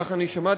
כך אני שמעתי,